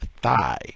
thigh